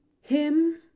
Him